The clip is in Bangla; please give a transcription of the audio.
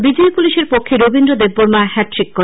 বিজয়ী পুলিশের পক্ষে রবীন্দ্র দেববর্মা হ্যাট্রিক করে